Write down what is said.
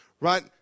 right